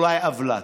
אולי עוולה.